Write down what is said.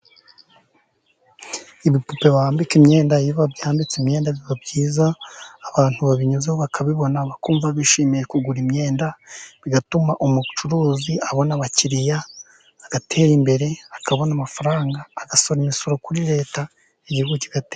Ibipupe bambika imyenda，iyo byambitse imyenda biba byiza，abantu babinyuzeho bakabibona，bakumva bishimiye kugura imyenda，bigatuma umucuruzi abona abakiriya， agatera imbere， akabona amafaranga，agasora imisoro kuri Leta igihugu kigatera imbere.